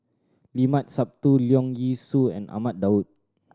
Limat Sabtu Leong Yee Soo and Ahmad Daud